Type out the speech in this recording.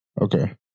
Okay